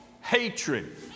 hatred